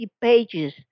pages